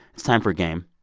it's time for a game,